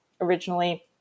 originally